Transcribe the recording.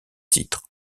titre